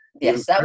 Yes